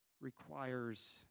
requires